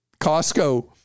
Costco